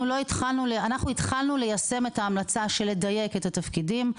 אנחנו התחלנו ליישם את ההמלצה של לדייק את התפקידים,